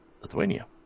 lithuania